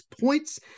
points